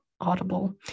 Audible